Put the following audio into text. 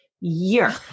year